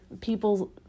people